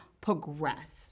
progress